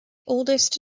oldest